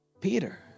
Peter